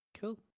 Cool